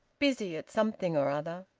busy at something or other.